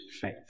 faith